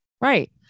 Right